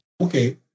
Okay